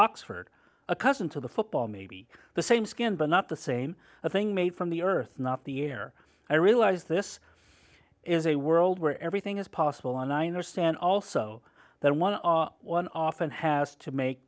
oxford a cousin to the football maybe the same skin but not the same thing made from the earth not the air i realize this is a world where everything is possible and i understand also that eleven often has to make